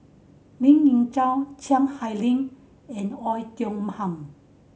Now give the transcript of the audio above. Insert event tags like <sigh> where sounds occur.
Lien Ying Chow Chiang Hai <unintelligible> and Oei Tiong Ham